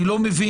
אני לא מבין,